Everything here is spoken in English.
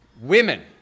Women